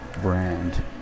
brand